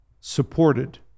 supported